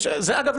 אגב,